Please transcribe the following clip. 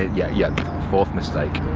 ah yeah yeah fourth mistake.